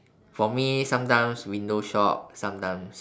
for me sometimes window shop sometimes